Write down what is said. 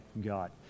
God